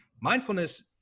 mindfulness